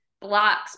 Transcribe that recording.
blocks